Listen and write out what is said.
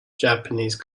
japanese